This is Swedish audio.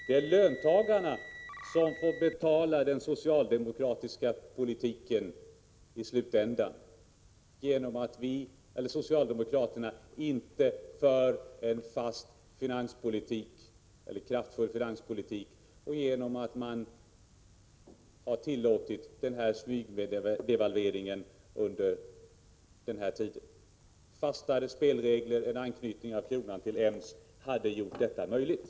Det är löntagarna som får betala den socialdemokratiska politiken i slutändan, därför att socialdemokraterna inte för en kraftfull finanspolitik och därför att de har tillåtit den här smygdevalveringen under tiden. Fastare spelregler och en anknytning till EMS hade gjort en annan utveckling möjlig.